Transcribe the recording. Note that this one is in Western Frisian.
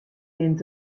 rint